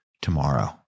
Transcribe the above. tomorrow